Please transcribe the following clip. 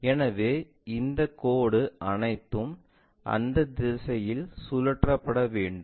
எனவே இந்த கோடு அனைத்தும் அந்த திசையில் சுழற்றப்பட வேண்டும்